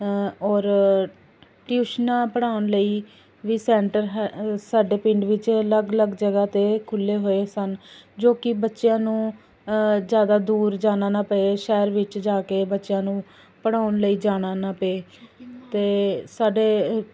ਔਰ ਟਿਊਸ਼ਨਾਂ ਪੜ੍ਹਾਉਣ ਲਈ ਵੀ ਸੈਂਟਰ ਹੈ ਸਾਡੇ ਪਿੰਡ ਵਿੱਚ ਅਲੱਗ ਅਲੱਗ ਜਗ੍ਹਾ 'ਤੇ ਖੁੱਲ੍ਹੇ ਹੋਏ ਸਨ ਜੋ ਕਿ ਬੱਚਿਆਂ ਨੂੰ ਜ਼ਿਆਦਾ ਦੂਰ ਜਾਣਾ ਨਾ ਪਏ ਸ਼ਹਿਰ ਵਿੱਚ ਜਾ ਕੇ ਬੱਚਿਆਂ ਨੂੰ ਪੜ੍ਹਾਉਣ ਲਈ ਜਾਣਾ ਨਾ ਪਏ ਅਤੇ ਸਾਡੇ